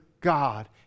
God